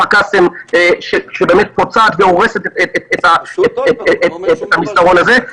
קאסם שבאמת פוצעת והורסת את המסדרון הזה.